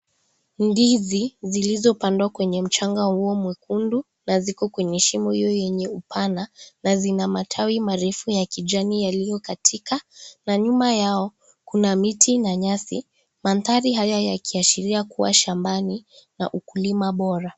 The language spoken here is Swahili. Ndizi zilizopandwa kwenye mchanga huo mwekundu na ziko kwenye shimo hiyo yenye upana na zina matawi marefu ya kijani yaliyokatika na nyuma yao kuna miti na nyasi. Mandhari haya yakiashiria kuwa shambani na ukulima bora.